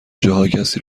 جاها، کسی